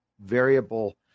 variable